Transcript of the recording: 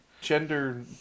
gender